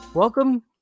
Welcome